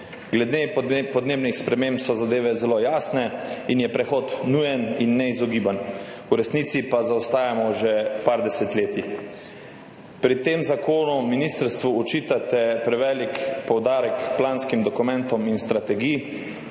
Glede podnebnih sprememb so zadeve zelo jasne in je prehod nujen in neizogiben, v resnici pa zaostajamo že par desetletij. Pri tem zakonu ministrstvu očitate prevelik poudarek planskim dokumentom in strategijam,